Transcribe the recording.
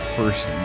first